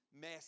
mess